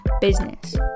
business